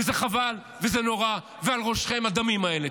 וזה חבל וזה נורא, ועל ראשכם הדמים האלה.